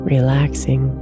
Relaxing